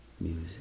music